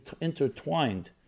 intertwined